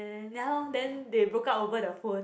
and ya lor then they broke up over the phone